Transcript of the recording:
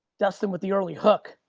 dustin with the early hook.